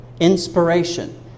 inspiration